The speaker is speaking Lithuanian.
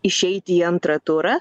išeiti į antrą turą